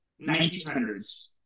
1900s